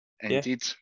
Indeed